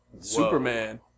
Superman